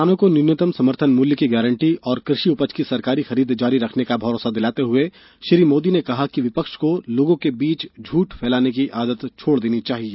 किसानों को न्यूनतम समर्थन मूल्य की गारंटी और कृषि उपज की सरकारी खरीद जारी रखने का भरोसा दिलाते हुए श्री मोदी ने कहा कि विपक्ष को लोगों के बीच झूठ फैलाने की आदत छोड़ देनी चाहिए